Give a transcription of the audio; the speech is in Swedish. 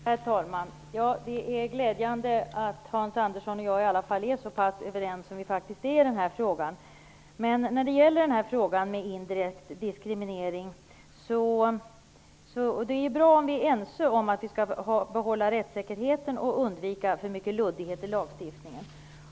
Herr talman! Ja, det är glädjande att Hans Andersson och jag i alla fall är så pass överens som vi faktiskt är i den här frågan. Det är bra att vi är ense om att behålla rättssäkerheten och undvika för mycket luddighet i lagstiftningen.